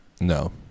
No